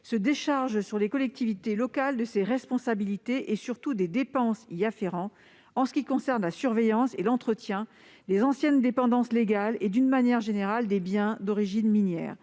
se décharge sur les collectivités locales de ses responsabilités et surtout des dépenses y afférent, en ce qui concerne la surveillance et l'entretien des anciennes dépendances légales et, plus largement, des biens d'origine minière.